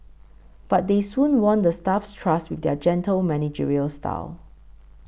but they soon won the staff's trust with their gentle managerial style